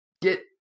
get